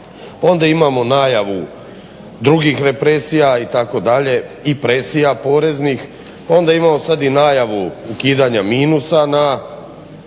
onda imamo najavu drugih represija i presija poreznih. Onda imamo sada najavu ukidanja minusa na